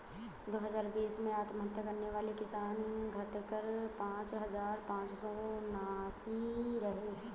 दो हजार बीस में आत्महत्या करने वाले किसान, घटकर पांच हजार पांच सौ उनासी रहे